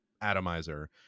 atomizer